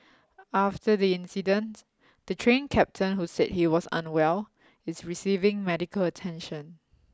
after the incident the Train Captain who said he was unwell is receiving medical attention